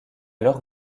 leurs